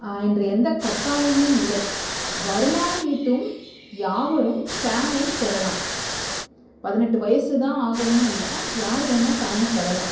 என்று எந்த கட்டாயமும் இல்லை வருமானம் ஈட்டும் யாரும் பேனை பெறலாம் பதினெட்டு வயதுதான் ஆகணும்னு இல்லை யார் வேணால் பேனை பெறலாம்